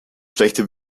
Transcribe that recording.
schlechte